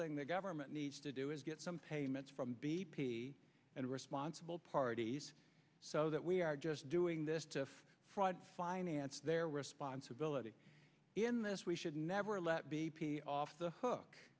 thing the government needs to do is get some payments from b p and responsible parties so that we are just doing this to fraud finance their responsibility in this we should never let b p off the hook